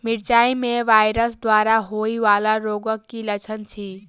मिरचाई मे वायरस द्वारा होइ वला रोगक की लक्षण अछि?